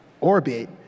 orbit